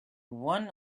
one